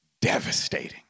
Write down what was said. Devastating